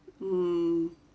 mm